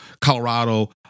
Colorado